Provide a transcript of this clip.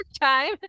time